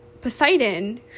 Poseidon